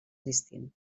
distint